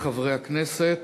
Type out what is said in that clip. חברי חברי הכנסת,